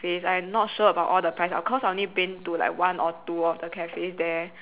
cafes I am not sure about all the price cause I only been to like one or two of the cafes there